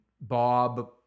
Bob